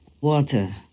water